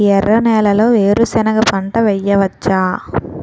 ఎర్ర నేలలో వేరుసెనగ పంట వెయ్యవచ్చా?